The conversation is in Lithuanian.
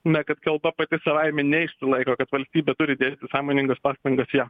na kad kalba pati savaime neišsilaiko kad valstybė turi dėti sąmoningas pastangas ją